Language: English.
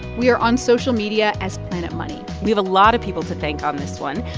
we are on social media as planet money we have a lot of people to thank on this one.